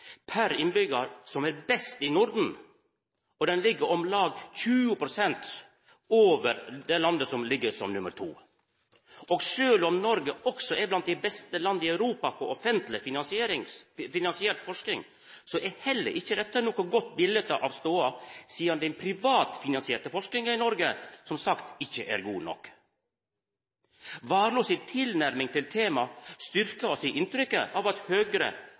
per innbyggjar som er best i Norden, og han ligg om lag 20 pst. over det landet som ligg som nummer to. Sjølv om Noreg også er blant dei beste landa i Europa på offentleg finansiert forsking, er heller ikkje dette noko godt bilete av stoda, sidan den privatfinansierte forskinga i Noreg, som sagt, ikkje er god nok. Warloe si tilnærming til temaet styrkjer oss i inntrykket av at Høgre